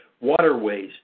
waterways